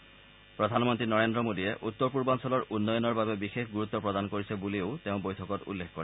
তেওঁ প্ৰধানমন্ত্ৰী নৰেন্দ্ৰ মোদীয়ে উত্তৰ পূৰ্বাঞ্চলৰ উন্নয়নৰ বাবে বিশেষ গুৰুত্ব প্ৰদান কৰিছে বুলিও বৈঠকত উল্লেখ কৰে